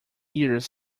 years